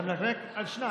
אתה מנמק שניים.